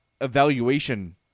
evaluation